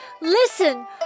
listen